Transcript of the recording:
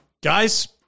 Guys